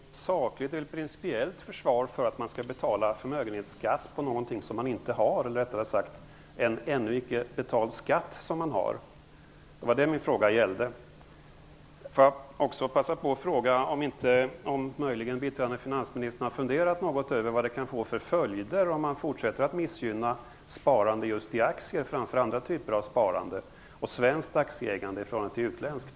Herr talman! Jag kan inte se att det är något sakligt eller principiellt försvar för att man skall betala förmögenhetsskatt på något som man inte har, eller rättare sagt på en ännu inte betald skatt. Det var det min fråga gällde. Får jag också passa på att fråga om biträdande finansministern möjligen har funderat över vad det kan få för följder om man fortsätter att missgynna sparande i just aktier framför andra typer av sparande, och över vilka följder detta kan få för svenskt aktieägande i förhållande till utländskt?